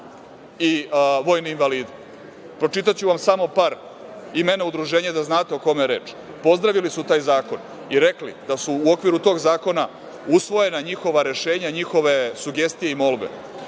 i vojne invalide. Pročitaću vam samo par imena udruženja da biste znali o kome je reč. Pozdravili su taj zakon i rekli da su u okviru tog zakona usvojena njihova rešenja, njihove sugestije i molbe